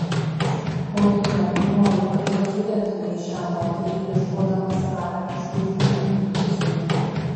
korike noriu kad apžiūrėtumei šią moterį ieškodamas raganiškų žymių visur